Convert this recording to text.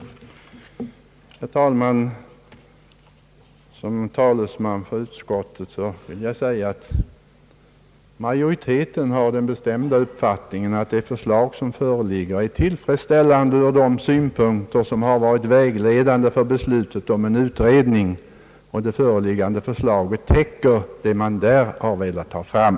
Herr talman! Som talesman för utskottet vill jag säga att majoriteten har den bestämda uppfattningen att det förslag som föreligger är tillfredställande ur de synpunkter som har varit vägledande för beslutet om en utredning, och det föreliggande förslaget täcker vad man där velat ta fram.